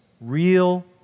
real